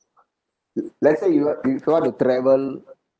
if let's say you want you want to travel